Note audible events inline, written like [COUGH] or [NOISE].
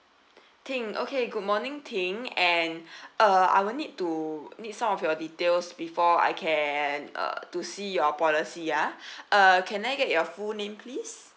ting okay good morning ting and [BREATH] uh I will need to need some of your details before I can uh to see your policy ah [BREATH] uh can I get your full name please